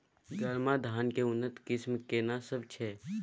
गरमा धान के उन्नत किस्म केना सब छै?